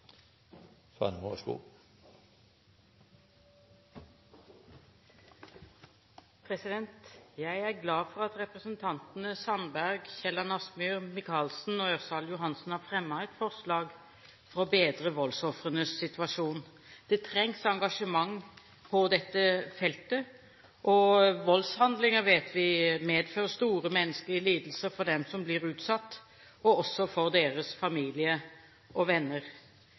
glad for at representantene Sandberg, Kielland Asmyhr, Michaelsen og Ørsal Johansen har fremmet et forslag om å bedre voldsofrenes situasjon. Det trengs engasjement på dette feltet. Vi vet at voldshandlinger medfører store menneskelige lidelser for dem som blir utsatt, og også for deres familie og venner.